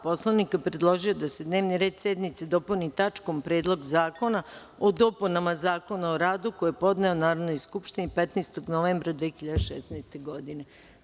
Poslovnika, predložio je da se dnevni red sednice dopuni tačkom - Predlog zakona o dopunama Zakona o radu, koji je podneo Narodnoj skupštini 15. novembra 2016. godine.